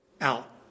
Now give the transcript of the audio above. out